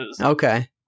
Okay